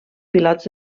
pilots